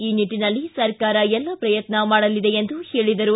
ಈ ನಿಟ್ಟನಲ್ಲಿ ಸರ್ಕಾರ ಎಲ್ಲ ಪ್ರಯತ್ನ ಮಾಡಲಿದೆ ಎಂದರು